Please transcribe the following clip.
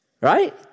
Right